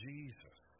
Jesus